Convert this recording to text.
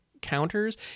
counters